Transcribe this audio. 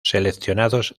seleccionados